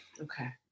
Okay